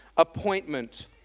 appointment